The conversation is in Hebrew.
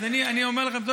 אז אני אומר לכם.